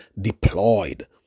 deployed